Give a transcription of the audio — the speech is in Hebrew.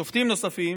שופטים נוספים,